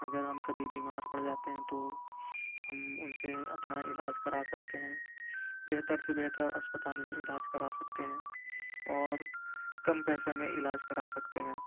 اگر ہم کبھی بھی بیمار پڑ جاتے ہیں تو ہم ان سے اپنا علاج کرا سکتے ہیں بہتر سے بہتر اسپتال میں علاج کرا سکتے ہیں اور کم پیسے میں علاج کرا سکتے ہیں